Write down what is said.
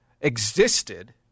existed